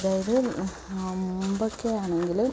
അതായത് മുമ്പൊക്കെയാണെങ്കിൽ